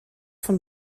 von